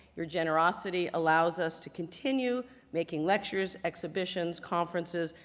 your generosity allows us to continue making lectures, exhibitions, conferences,